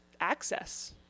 access